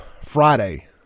Friday